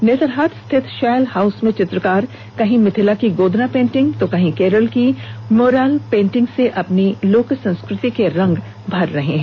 नेतरहाट स्थित शैल हाउस में चित्रकार कहीं मिथिला की गोदना पेंटिग तो कहीं केरल की मुरल पेंटिग से अपनी लोक संस्कृति के रंग भर रहे हैं